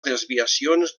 desviacions